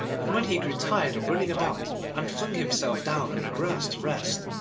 and when he grew tired of running about and flung himself down on the grass to rest,